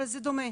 אבל זה דומה,